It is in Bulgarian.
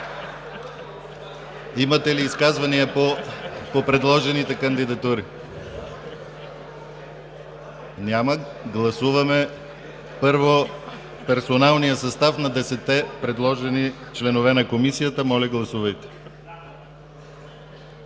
Имате ли изказване по предложените кандидатури? Няма. Гласуваме първо персоналния състав – десетте предложени членове на комисията. Гласували